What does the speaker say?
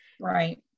right